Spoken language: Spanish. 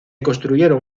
construyeron